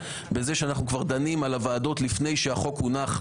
בזה שאנחנו כבר דנים על הוועדות לפני שהחוק הונח,